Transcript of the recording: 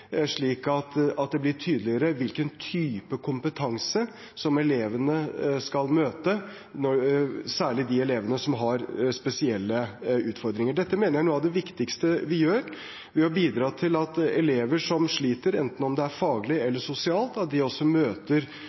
slik at det blir tydeligere hvilken type kompetanse elevene skal møte, særlig de elevene som har spesielle utfordringer. Dette mener jeg er noe av det viktigste vi gjør, ved å bidra til at elever som sliter, enten det er faglig eller sosialt, også møter